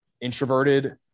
introverted